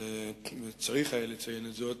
וצריך היה לציין זאת,